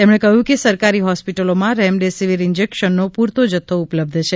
તેમણે કહ્યું કે સરકારી હોસ્પિટલોમાં રેમડેસિવિર ઈજેક્શનનો પૂરતો જથ્થો ઉપલબ્ધ છે